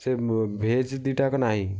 ସେ ଭେଜ୍ ଦୁଇଟା ଯାକ ନାହିଁ